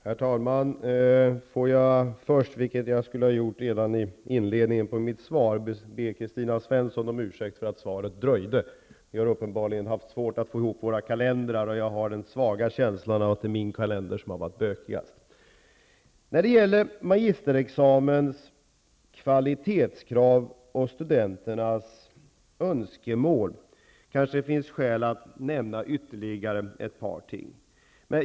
Herr talman! Får jag först, vilket jag skulle ha gjort redan i inledningen av svaret, be Kristina Svensson om ursäkt för att svaret dröjde. Vi har uppenbarligen haft svårt att få ihop våra kalendrar. Jag har en svag känsla av att det har varit bökigast när det gäller min kalender. När det gäller magisterexamens kvalitetskrav och studenternas önskemål kan det finns skäl att nämna ytterligare ett par ting.